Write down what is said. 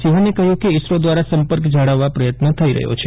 સિવાને કહ્યું કે ઇસરો દ્વારા સંપર્ક જાળવવા પ્રયત્ન થઈ રહ્યો છે